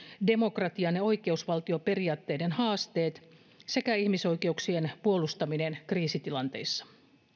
demokratian ja oikeusvaltioperiaatteiden haasteet sekä ihmisoikeuksien puolustaminen kriisitilanteissa